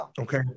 Okay